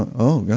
oh yeah